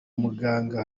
muganga